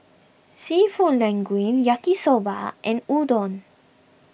Seafood Linguine Yaki Soba and Udon